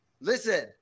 Listen